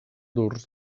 dors